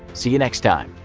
see you next time!